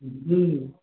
जी